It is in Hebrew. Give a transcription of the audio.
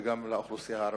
וגם לאוכלוסייה הערבית.